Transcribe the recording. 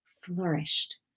Flourished